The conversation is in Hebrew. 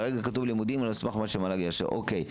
כרגע כתוב: לימודים על סמך מה שהמל"ג יאשר אוקי,